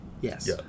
Yes